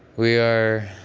we are